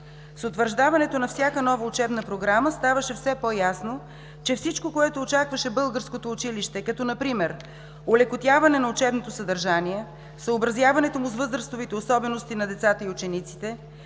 С утвърждаването на всяка нова учебна програма ставаше все по-ясно, че всичко, което очакваше българското училище като например: олекотяване на учебното съдържание; съобразяването му с възрастовите особености на децата и учениците;